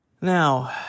Now